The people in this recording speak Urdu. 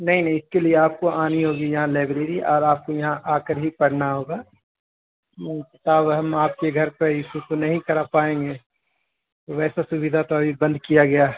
نہیں نہیں اس کے لیے آپ کو آنی ہوگی یہاں لائیبریری اور آپ کو یہاں آکر ہی پڑھنا ہوگا کتاب ہم آپ کے گھر پہ ایشو تو نہیں کرا پائیں گے ویسے سوویدھا تو ابھی بند کیا گیا